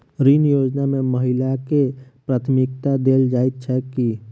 ऋण योजना मे महिलाकेँ प्राथमिकता देल जाइत छैक की?